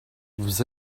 vous